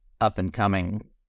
up-and-coming